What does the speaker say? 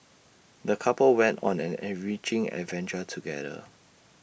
the couple went on an enriching adventure together